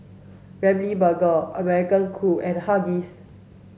Ramly Burger American Crew and Huggies